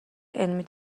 علمی